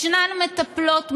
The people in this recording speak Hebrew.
ישנן מטפלות מדהימות,